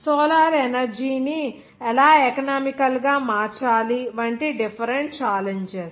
solar energy ని ఎలా economical గా మార్చాలి వంటి డిఫరెంట్ ఛాలెంజెస్